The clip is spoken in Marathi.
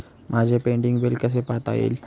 माझे पेंडींग बिल कसे पाहता येईल?